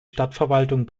stadtverwaltung